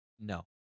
No